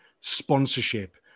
sponsorship